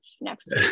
next